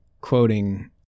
quoting